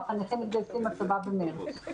והחניכים מתגייסים לצבא במרץ.